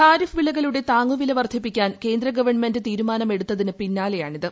ഖാരിഫ് വിളകളുടെ താങ്ങുവില വർദ്ധിപ്പിക്കാൻ കേന്ദ്രഗവൺമെന്റ് തീരുമാനം എടുത്തതിനു പിന്നാലെയാണിത്